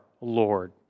Lord